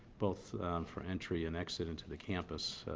both for entry and exit and to the campus.